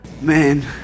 man